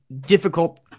difficult